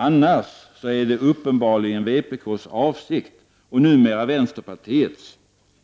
Annars är det uppenbarligen vpk:s avsikt, och numera vänsterpartiets